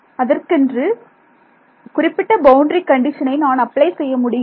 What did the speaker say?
அதற்கென்று குறிப்பிட்ட பவுண்டரி கண்டிஷனை நான் அப்ளை செய்ய முடியுமா